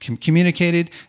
communicated